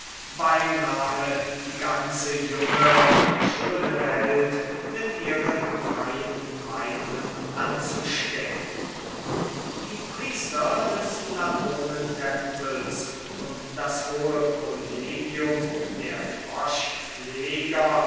beinahe die ganze junge und schöne welt mit ihren freien meinungen anzustecken die priester des latonentempels und das collegium der